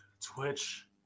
Twitch